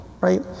right